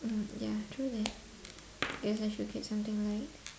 mm ya true that guess I should get something light